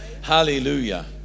Hallelujah